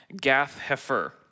Gath-Hefer